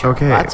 Okay